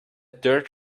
dirt